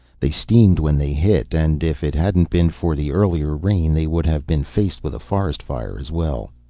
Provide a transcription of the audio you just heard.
they steamed when they hit, and if it hadn't been for the earlier rain they would have been faced with a forest fire as well.